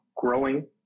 growing